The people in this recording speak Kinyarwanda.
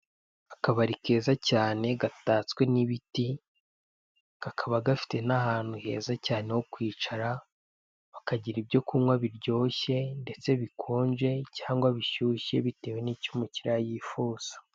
Akabari keza cyane gatatswe n'ibiti, kakaba gafite n'ahantu heza cyane ho kwicara bakagira byo kunywa biryoshye ndetse bikonje cyangwa bishyushye bitewe n'ibyo umukiriya yifuza.